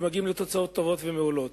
ומגיעים לתוצאות טובות ומעולות.